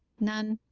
none.